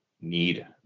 need